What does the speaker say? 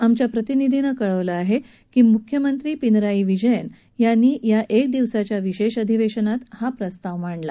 आमच्या प्रतिनिधीनं दिलेल्या माहितीनुसार मुख्यमंत्री पिनराई विजयन यांनी या एक दिवसाच्या विशेष अधिवेशनात हा प्रस्ताव ठेवला